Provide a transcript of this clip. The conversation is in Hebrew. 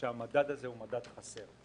שהמדד הזה הוא מדד חסר.